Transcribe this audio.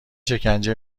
شکنجه